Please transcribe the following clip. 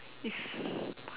is